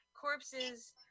Corpses